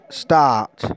start